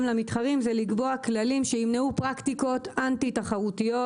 למתחרים זה לקבוע כללים שימנעו פרקטיקות אנטי-תחרותיות,